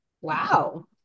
Wow